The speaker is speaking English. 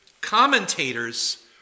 commentators